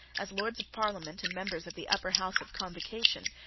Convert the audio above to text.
as lords of parliament and members of the upper house of convocation,